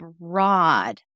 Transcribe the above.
broad